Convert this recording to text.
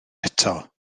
eto